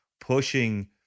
pushing